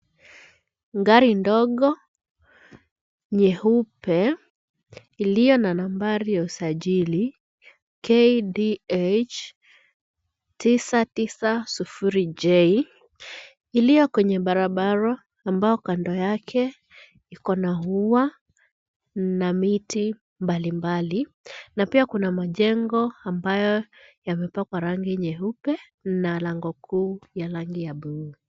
Gari ndogo nyeupe iliyo na nambari ya usajili KDH 990J , iliyo kwenye barabara ambayo kando yake iko na ua na miti mbali mbali na pia kuna majengo ambayo yamepakwa rangi nyeupe na lango kuu ya rangi ya bluu.